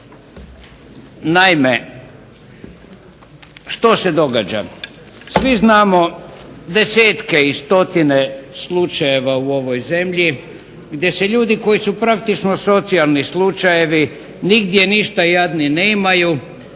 Naime, što se događa? Svi znamo desetke i stotine slučajeva u ovoj zemlji gdje su ljudi koji su praktično socijalni slučajevi nigdje ništa jadni nemaju,